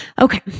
Okay